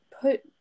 put